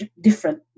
different